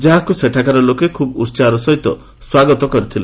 ଯାହାକୁ ସେଠାକାର ଲୋକେ ଖୁବ୍ ଉତ୍ସାହର ସହିତ ସ୍ୱାଗତ କରିଥିଲେ